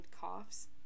coughs